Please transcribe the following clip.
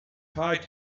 height